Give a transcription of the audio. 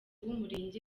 w’umurenge